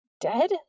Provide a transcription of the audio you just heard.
Dead